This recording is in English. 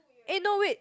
eh no wait